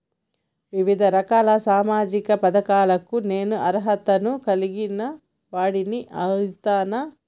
వివిధ రకాల సామాజిక పథకాలకు నేను అర్హత ను కలిగిన వాడిని అయితనా?